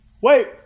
Wait